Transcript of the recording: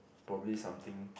probably something